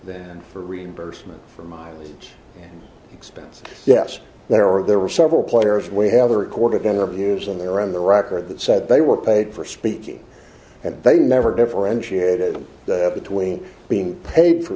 than a reimbursement for my expense yes there were there were several players we have a record again reviews on there on the record that said they were paid for speaking and they never differentiated between being paid for